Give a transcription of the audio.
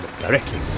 directly